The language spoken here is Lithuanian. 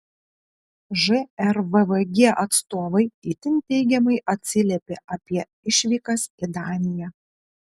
žrvvg atstovai itin teigiamai atsiliepė apie išvykas į daniją